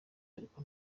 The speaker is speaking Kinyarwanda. ariko